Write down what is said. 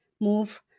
move